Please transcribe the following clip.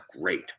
great